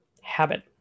habit